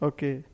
Okay